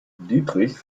dietrich